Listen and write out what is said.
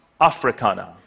Africana